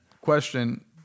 question